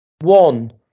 One